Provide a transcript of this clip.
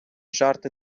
жарти